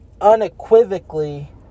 unequivocally